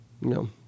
no